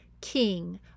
king